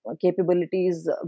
capabilities